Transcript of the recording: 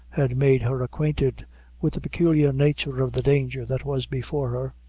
had made her acquainted with the peculiar nature of the danger that was before her.